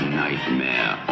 nightmare